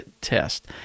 test